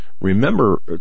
remember